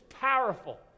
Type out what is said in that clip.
powerful